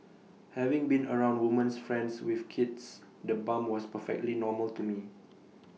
having been around women's friends with kids the bump was perfectly normal to me